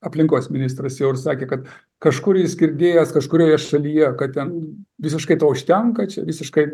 aplinkos ministras jau ir sakė kad kažkur jis girdėjęs kažkurioje šalyje kad ten visiškai to užtenka čia visiškai